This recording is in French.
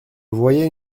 voyais